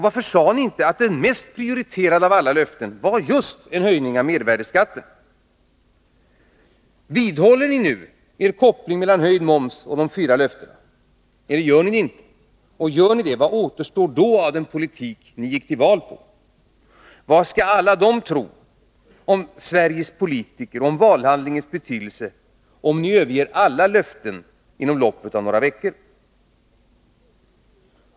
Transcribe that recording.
Varför sade ni inte att det mest prioriterade av alla löften var att mervärdeskatten skulle höjas? Vidhåller ni nu er koppling mellan höjd moms och de fyra löftena? Om ni gör det — vad återstår då av den politik ni gick till val på? Vad skall alla väljare tro om Sveriges politiker och om valhandlingens betydelse om ni överger alla löften inom loppet av några veckor?